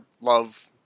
love